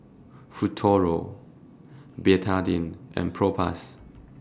Futuro Betadine and Propass